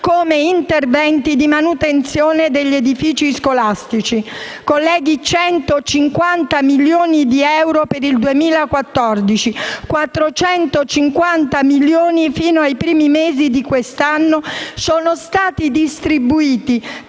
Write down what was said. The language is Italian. come interventi di manutenzione degli edifici scolastici: colleghi, 150 milioni di euro per il 2014, 450 milioni fino ai primi mesi di quest'anno sono stati distribuiti